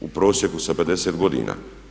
U prosjeku sa 50 godina.